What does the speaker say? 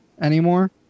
anymore